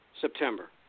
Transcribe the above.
September